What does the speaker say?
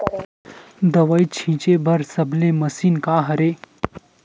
दवाई छिंचे बर सबले मशीन का हरे?